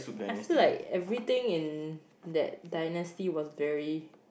I feel like everything in that dynasty was very